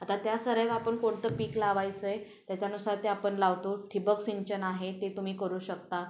आता त्या सऱ्यात आपण कोणतं पीक लावायचं आहे त्याच्यानुसार ते आपण लावतो ठिबक सिंचन आहे ते तुम्ही करू शकता